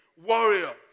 warrior